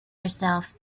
herself